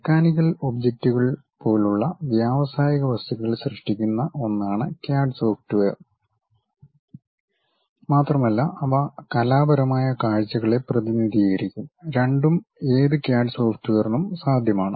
mechanical ഒബ്ജക്റ്റുകൾ പോലുള്ള വ്യാവസായിക വസ്തുക്കൾ സൃഷ്ടിക്കുന്ന ഒന്നാണ് ക്യാഡ് സോഫ്റ്റ്വെയർ മാത്രമല്ല അവ കലാപരമായ കാഴ്ചകളെ പ്രതിനിധീകരിക്കും രണ്ടും ഏത് ക്യാഡ് സോഫ്റ്റ്വെയറിനും സാധ്യമാണ്